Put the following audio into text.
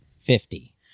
fifty